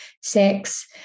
sex